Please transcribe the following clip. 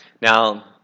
Now